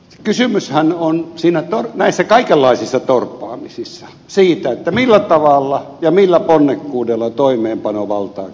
kysymyshän on näissä kaikenlaisissa torppaamisissa siitä millä tavalla ja millä ponnekkuudella toimeenpanovaltaa käytetään